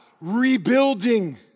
Rebuilding